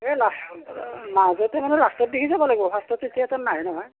এ লাষ্টৰ মাজতে মানে লাষ্টৰ দিখি যাব লাগিব ফাষ্টতে থিয়েটাৰ নাহে নহয়